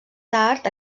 tard